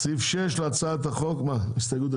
לסעיף 7 להצעת החוק לא הוגשו הסתייגויות,